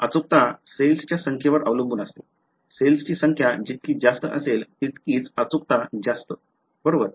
अचूकता सेल्सच्या संख्येवर अवलंबून असते सेल्सची संख्या जितकी जास्त असेल तितकीच अचूकता जास्त बरोबर